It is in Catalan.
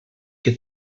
que